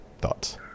thoughts